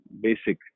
basic